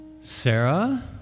Sarah